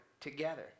together